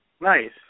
Nice